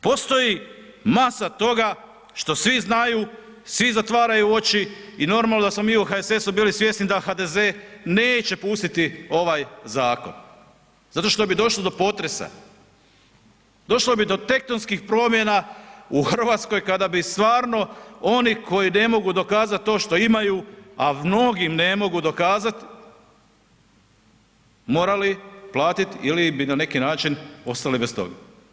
Postoji masa toga što svi znaju, svi zatvaraju oči i normalno da smo mi u HSS-u bili svjesni da HDZ neće pustiti ovaj zakon zato što bi došlo do potresa, došlo bi do tektonskih promjena u RH kada bi stvarno oni koji ne mogu dokazat to što imaju, a mnogi ne mogu dokazat, morali platit ili bi na neki način ostali bez toga.